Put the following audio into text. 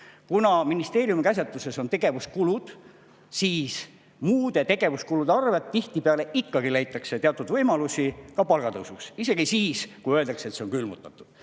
Kuna ministeeriumi käsutuses on tegevuskulud, siis muude tegevuskulude arvelt tihtipeale ikkagi leitakse teatud võimalusi ka palgatõusuks, isegi siis, kui öeldakse, et palgad on külmutatud.